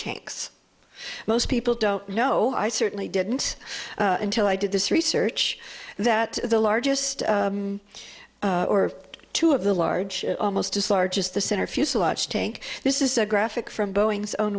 tanks most people don't know i certainly didn't until i did this research that the largest or two of the large almost as large as the center fuselage tank this is a graphic from boeing's own